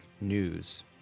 News